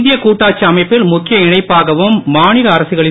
இந்திய கூட்டாட்சி அமைப்பில் முக்கிய இணைப்பாகவும் மாநில அரசுகளின்